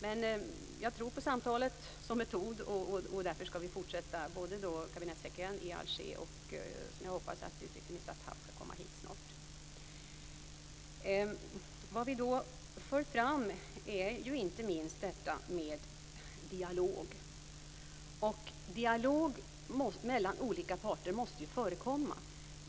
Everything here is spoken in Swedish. Men jag tror på samtalet som metod, och därför skall vi fortsätta, både när kabinettssekreteraren besöker Alger och när utrikesminister Attaf förhoppningsvis snart kommer hit. Vad vi för fram är inte minst detta med dialog, och dialog mellan olika parter måste förekomma.